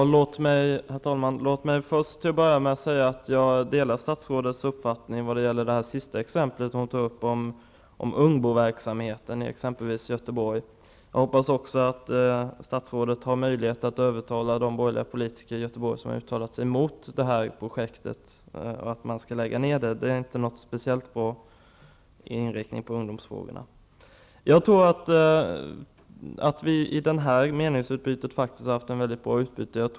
Fru talman! Låt mig först säga att jag delar statsrådets uppfattning när det gäller exemplet med Ungbo-verksamheten. Jag hoppas också att statsrådet har möjlighet att övertala de borgerliga politiker i Göteborg som har uttalat sig mot detta projekt. De har sagt att man skall lägga ner det. Det är inte någon speciellt bra inriktning i ungdomsfrågorna. Jag tror att vi har haft ett bra meningsutbyte.